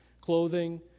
clothing